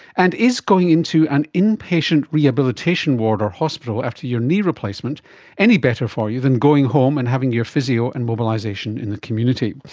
and is going into an inpatient rehabilitation ward or hospital after your knee replacement any better for you than going home and having your physio and mobilisation in the community?